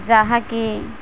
ଯାହାକି